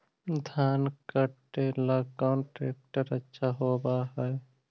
धान कटे ला कौन ट्रैक्टर अच्छा होबा है?